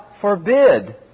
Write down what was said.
forbid